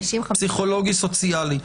פסיכולוגי וסוציאלי.